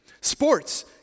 sports